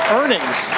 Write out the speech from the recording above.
earnings